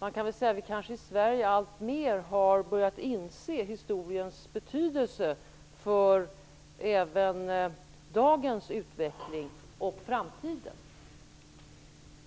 Man kan väl säga att vi i Sverige kanske alltmer har börjat inse historiens betydelse även för dagens utveckling och för framtidens.